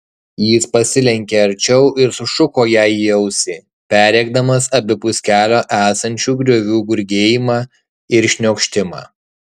jis pasilenkė arčiau ir sušuko jai į ausį perrėkdamas abipus kelio esančių griovių gurgėjimą ir šniokštimą